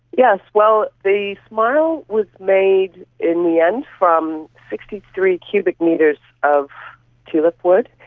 yes, well, the smile was made in the end from sixty three cubic metres of tulipwood,